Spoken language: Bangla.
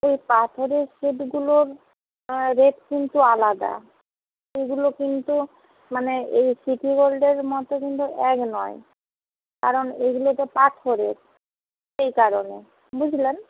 ওই পাথরের সেটগুলোর রেট কিন্তু আলাদা এগুলো কিন্তু মানে এই সিটি গোল্ডের মতো কিন্তু এক নয় কারণ এগুলো তো পাথরের সেই কারণে বুঝলেন